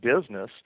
business